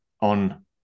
on